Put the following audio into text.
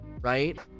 right